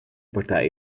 partij